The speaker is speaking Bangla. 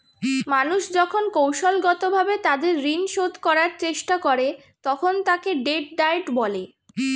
মানুষ যখন কৌশলগতভাবে তাদের ঋণ শোধ করার চেষ্টা করে, তখন তাকে ডেট ডায়েট বলে